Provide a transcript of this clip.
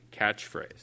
catchphrase